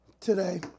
today